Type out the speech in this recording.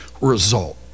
result